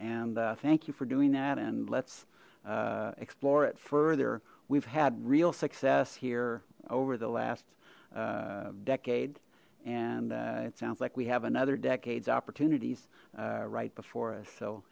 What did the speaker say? and thank you for doing that and let's explore it further we've had real success here over the last decade and it sounds like we have another decade's opportunities right before us so